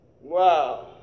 Wow